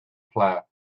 player